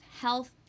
health